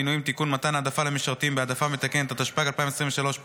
התשפ"ג 2023,